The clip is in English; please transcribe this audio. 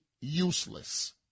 useless